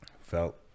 felt